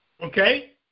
Okay